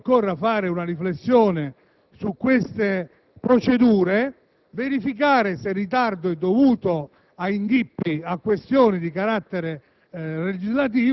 credo che occorra compiere una riflessione su tali procedure e verificare se il ritardo sia dovuto a inghippi e questioni di carattere